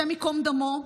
השם ייקום דמו,